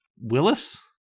Willis